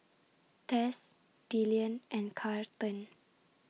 Tess Dillion and Carlton